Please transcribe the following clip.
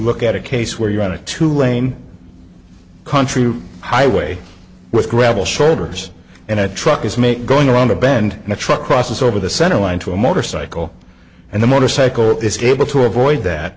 look at a case where you're on a two lane country highway with gravel shoulders and a truck is make going around the bend and a truck crosses over the center line to a motorcycle and the motorcycle is able to avoid that